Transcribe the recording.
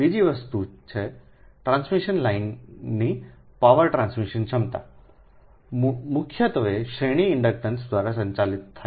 બીજી વસ્તુ છે ટ્રાન્સમિશન લાઇનની પાવર ટ્રાન્સમિશન ક્ષમતા મુખ્યત્વે શ્રેણી ઇન્ડક્ટન્સ દ્વારા સંચાલિત થાય છે